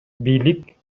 бийлик